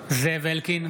בעד זאב אלקין,